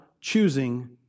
choosing